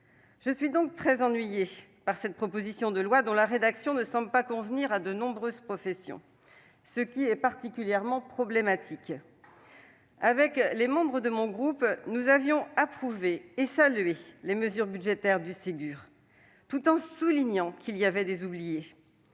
Je suis donc très ennuyée par une proposition de loi dont la rédaction ne semble pas convenir à de nombreuses professions. C'est particulièrement problématique. Avec les membres de mon groupe, nous avions approuvé et salué les mesures budgétaires du Ségur, tout en soulignant que certains